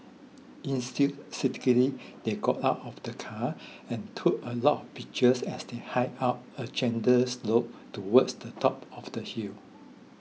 enthusiastically they got out of the car and took a lot of pictures as they hiked up a gentle slope towards the top of the hill